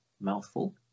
Mouthful